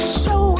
show